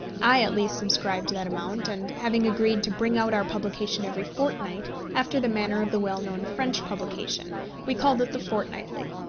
i at least subscribed that amount, and having agreed to bring out our publication every fortnight, after the manner of the well-known french publication we called it the fortnightly.